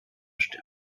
stern